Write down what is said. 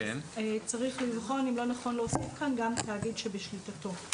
צריך לבחון אם לא נכון להוסיף כאן גם תאגיד שבשליטתו.